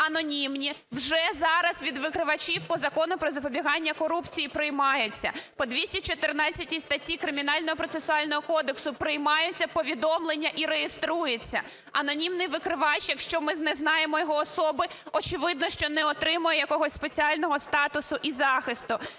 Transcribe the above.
вже зараз від викривачів по Закону "Про запобіганню корупції" приймаються. По 214 статті Кримінального процесуального кодексу приймається повідомлення і реєструється. Анонімний викривач, якщо ми не знаємо його особи, очевидно, що не отримає якогось спеціального статусу і захисту.